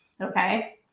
Okay